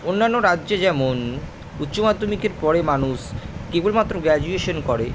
অন্যান্য রাজ্যে যেমন উচ্চমাধ্যমিকের পরে মানুষ কেবলমাত্র গ্র্যাজুয়েশান করে